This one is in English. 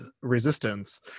resistance